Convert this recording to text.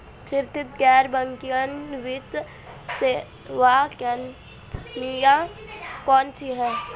सुरक्षित गैर बैंकिंग वित्त सेवा कंपनियां कौनसी हैं?